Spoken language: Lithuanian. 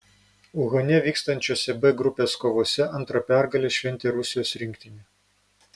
uhane vykstančiose b grupės kovose antrą pergalę šventė rusijos rinktinė